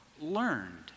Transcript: learned